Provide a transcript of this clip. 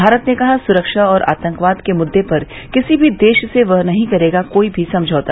भारत ने कहा सुरक्षा और आतंकवाद के मुद्दे पर किसी भी देश से वह नहीं करेगा कोई समझौता